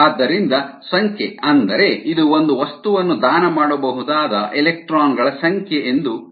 ಆದ್ದರಿಂದ ಸಂಖ್ಯೆ ಅಂದರೆ ಇದು ಒಂದು ವಸ್ತುವನ್ನು ದಾನ ಮಾಡಬಹುದಾದ ಎಲೆಕ್ಟ್ರಾನ್ ಗಳ ಸಂಖ್ಯೆ ಎಂದು ತಿಳಿಯಲಾಗುತ್ತದೆ